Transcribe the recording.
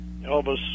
Elvis